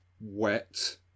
wet